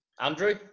Andrew